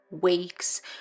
weeks